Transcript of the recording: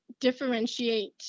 differentiate